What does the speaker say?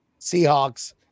Seahawks